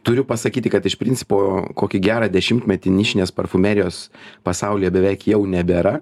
turiu pasakyti kad iš principo kokį gerą dešimtmetį nišinės parfumerijos pasaulyje beveik jau nebėra